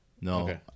No